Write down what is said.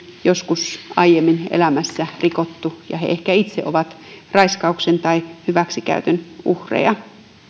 joskus aiemmin elämässä rikottu ja he ehkä itse ovat raiskauksen tai hyväksikäytön uhreja